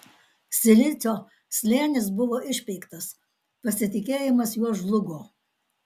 silicio slėnis buvo išpeiktas pasitikėjimas juo žlugo